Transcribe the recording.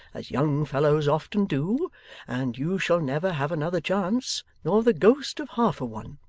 as young fellows often do and you shall never have another chance, nor the ghost of half a one.